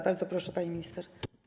Bardzo proszę, pani minister.